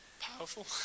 powerful